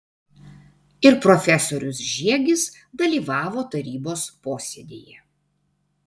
ir profesorius žiegis dalyvavo tarybos posėdyje